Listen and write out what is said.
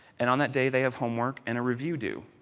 and on that day, they have homework and a review due.